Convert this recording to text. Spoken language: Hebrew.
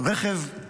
רכב,